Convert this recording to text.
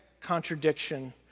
contradiction